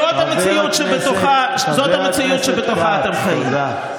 זאת המציאות שבתוכה אתם חיים.